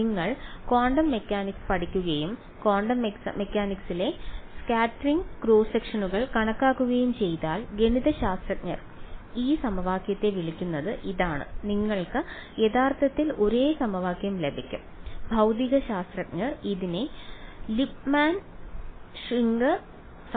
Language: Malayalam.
നിങ്ങൾ ക്വാണ്ടം മെക്കാനിക്സ് പഠിക്കുകയും ക്വാണ്ടം മെക്കാനിക്സിലെ സ്കാറ്ററിംഗ് ക്രോസ് സെക്ഷനുകൾ കണക്കാക്കുകയും ചെയ്താൽ ഗണിതശാസ്ത്രജ്ഞർ ഈ സമവാക്യത്തെ വിളിക്കുന്നത് ഇതാണ് നിങ്ങൾക്ക് യഥാർത്ഥത്തിൽ ഒരേ സമവാക്യം ലഭിക്കും ഭൌതികശാസ്ത്രജ്ഞർ ഇതിനെ ലിപ്മാൻ ഷ്വിംഗർ സമവാക്യം എന്ന് വിളിക്കുന്നു